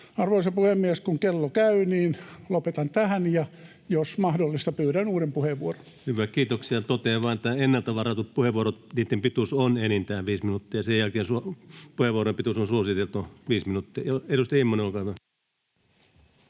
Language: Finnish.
Arvoisa puhemies! Kun kello käy, niin lopetan tähän, ja jos mahdollista, pyydän uuden puheenvuoron. Hyvä, kiitoksia. — Totean vain, että ennalta varattujen puheenvuorojen pituus on enintään viisi minuuttia. Sen jälkeen puheenvuorojen suositeltu pituus on viisi minuuttia. — Edustaja Immonen, olkaa hyvä.